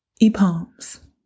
E-palms